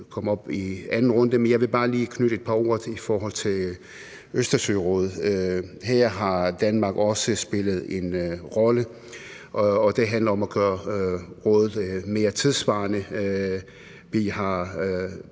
komme op i anden runde, men jeg vil bare lige knytte et par ord til Østersørådet. Her har Danmark også spillet en rolle, og det handler om at gøre Østersørådet mere tidssvarende. Vi har